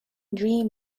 dream